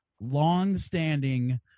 long-standing